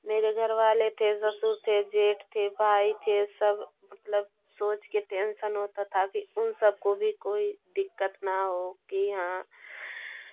मेरे घर वाले थे ससुर थे जेठ थे भाई थे सब मतलब सोचके टेंसन होता था कि उन सबको भी कोई दिक़्क़त ना हो कि यहाँ